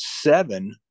seven